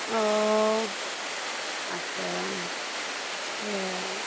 हँ अच्छा से